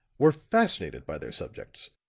were fascinated by their subjects.